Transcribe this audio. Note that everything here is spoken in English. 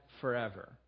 forever